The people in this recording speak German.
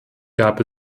gab